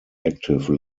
active